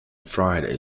friday